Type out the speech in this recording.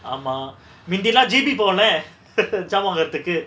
ஆமா முந்திலா:aama munthilaa G_P போன:pona சாமா வாங்குரதுக்கு:saama vaangurathuku